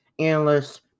Analysts